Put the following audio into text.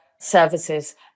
services